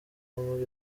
muri